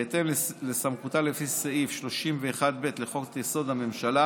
בהתאם לסמכותה לפי סעיף 31(ב) לחוק-יסוד: הממשלה